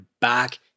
back